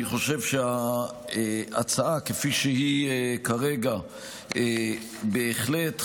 אני חושב שההצעה כפי שהיא כרגע בהחלט חשובה,